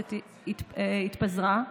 שהכנסת התפזרה,